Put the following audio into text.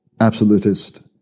absolutist